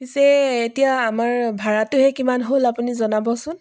পিছে এতিয়া আমাৰ ভাঢ়াটোহে কিমান হ'ল আপুনি জনাবচোন